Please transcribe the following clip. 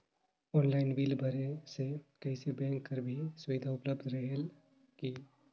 Online bill भरे से कइसे बैंक कर भी सुविधा उपलब्ध रेहेल की?